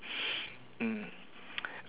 mm